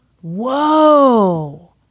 whoa